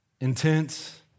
intense